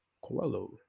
coelho